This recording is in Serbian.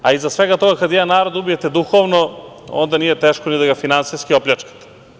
Iza svega toga, kada jedan narod ubijete duhovno, onda nije teško ni da ga finansijski opljačkate.